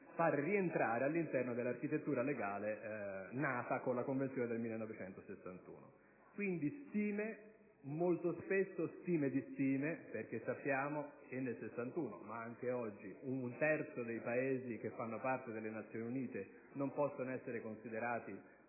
far rientrare all'interno dell'architettura legale nata con la Convenzione del 1961. Quindi stime, molto spesso stime di stime, perché sappiamo che nel 1961 - ma anche oggi - un terzo dei Paesi facenti parte delle Nazioni Unite non possono essere considerati,